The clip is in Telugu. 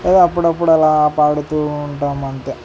ఏదో అప్పుడప్పుడు అలా పాడుతూ ఉంటాము అంతే